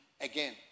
again